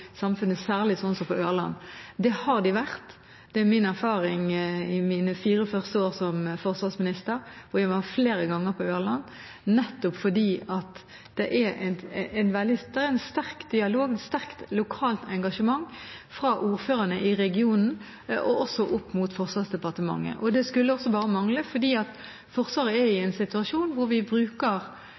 samfunnet, særlig slik som på Ørland. Det har de vært. Det var min erfaring i mine fire første år som forsvarsminister – og jeg var flere ganger på Ørland. Det er en sterk dialog, og det er et sterkt lokalt engasjement fra ordførerne i regionen, også opp mot Forsvarsdepartementet. Det skulle også bare mangle. Forsvaret er i en situasjon hvor man bruker